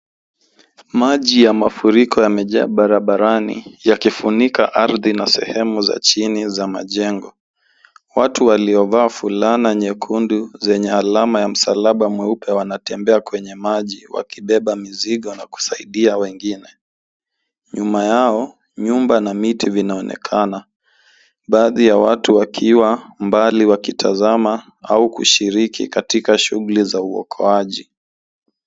Maji ya mafuriko yamejaa barabarani yakifunika ardhi na sehemu za chini za majengo. Watu waliovaa fulana nyekundu zenye alama ya msalaba mweupe wanatembea kwenye maji, wakibeba mizigo na kusaidia wengine. Nyuma yao, nyumba na miti vinaonekana. Baadhi ya watu wakiwa mbali wakitazama au wakishiriki katika shughuli za uokoaji.